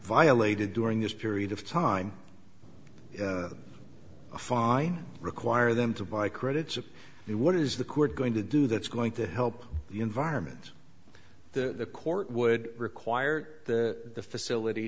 violated during this period of time a fine require them to buy credits of it what is the court going to do that's going to help the environment the court would require the facility